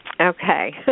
Okay